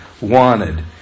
wanted